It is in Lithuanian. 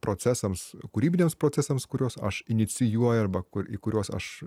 procesams kūrybiniams procesams kuriuos aš inicijuoja arba kur į kuriuos aš